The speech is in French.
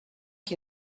qui